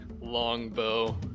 longbow